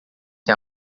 que